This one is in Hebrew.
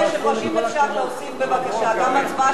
אם אפשר להוסיף בבקשה גם את ההצבעה שלי שלא נקלטה.